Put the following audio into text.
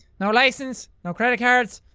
no license, no credit cards,